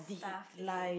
stuff is it